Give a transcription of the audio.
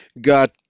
got